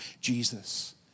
Jesus